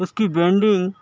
اس کی بینڈنگ